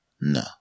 No